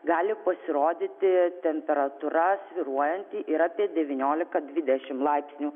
gali pasirodyti temperatūra svyruojanti ir apie devyniolika dvidešimt laipsnių